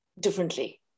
differently